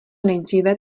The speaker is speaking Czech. nejdříve